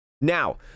now